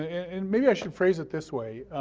and maybe i should phrase it this way,